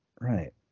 right